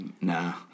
nah